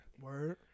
Word